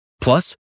Plus